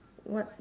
what